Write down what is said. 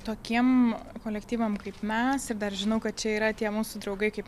tokiem kolektyvam kaip mes ir dar žinau kad čia yra tie mūsų draugai kaip